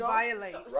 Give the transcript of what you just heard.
violate